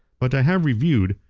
but i have reviewed,